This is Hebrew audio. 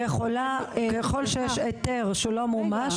ככל שיש היתר שלא מומש,